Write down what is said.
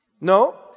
No